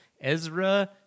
Ezra